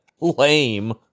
Lame